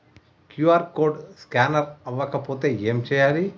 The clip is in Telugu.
క్యూ.ఆర్ కోడ్ స్కానర్ అవ్వకపోతే ఏం చేయాలి?